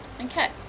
okay